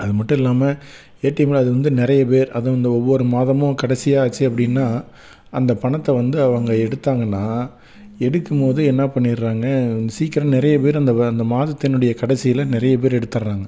அது மட்டும் இல்லாமல் ஏடிஎம்மில் அது வந்து நிறைய பேர் அதுவும் இந்த ஒவ்வொரு மாதமும் கடைசியா ஆச்சு அப்படின்னா அந்த பணத்தை வந்து அவங்க எடுத்தாங்கன்னா எடுக்கும்போது என்ன பண்ணிடுறாங்க வந்து சீக்கரம் நிறைய பேர் அந்த அந்த மாதத்தின் உடைய கடைசியில நிறைய பேர் எடுத்துடுறாங்க